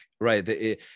right